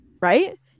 right